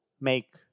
make